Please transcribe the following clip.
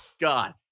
God